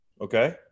okay